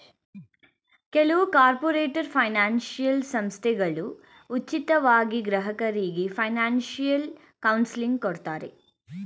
ಕೆಲವು corporator financial ಸಂಸ್ಥೆಗಳು ಉಚಿತವಾಗಿ ಗ್ರಾಹಕರಿಗೆ ಫೈನಾನ್ಸಿಯಲ್ ಕೌನ್ಸಿಲಿಂಗ್ ಕೊಡ್ತಾರೆ